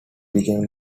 became